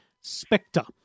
Spectre